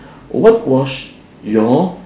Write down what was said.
what was your